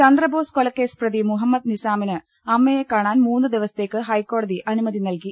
ചന്ദ്രബോസ് കൊലക്കേസ് പ്രതി മുഹമ്മദ് നിസാമിന് അമ്മയെ കാണാൻ മൂന്നു ദിവസത്തേക്ക് ഹൈക്കോടതി അനുമതി നൽകി